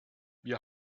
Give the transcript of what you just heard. wir